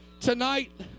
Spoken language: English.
Tonight